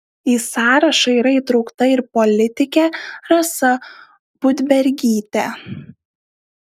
į sąrašą yra įtraukta ir politikė rasa budbergytė